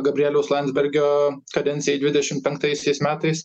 gabrieliaus landsbergio kadencijai dvidešim penktaisiais metais